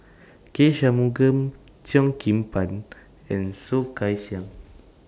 K Shanmugam Cheo Kim Ban and Soh Kay Siang